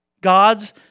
God's